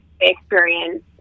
experience